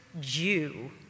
Jew